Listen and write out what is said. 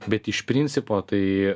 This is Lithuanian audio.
bet iš principo tai